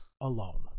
alone